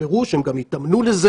בפירוש הם גם התאמנו לזה.